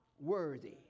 worthy